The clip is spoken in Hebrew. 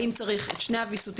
האם צריך את שני הוויסותים,